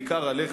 בעיקר עליך,